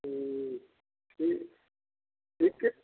हूँ ठीक ठीक ठीक